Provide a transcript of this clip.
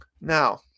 Now